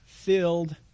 filled